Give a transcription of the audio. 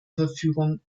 verfügung